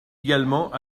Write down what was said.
également